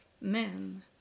men